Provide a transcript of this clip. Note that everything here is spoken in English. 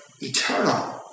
eternal